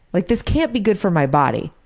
like this can't be good for my body.